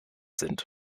sind